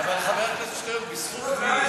אבל, חבר הכנסת שטרן, בזכות מי,